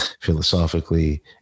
philosophically